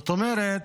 זאת אומרת